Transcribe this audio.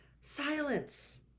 silence